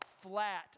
flat